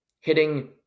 hitting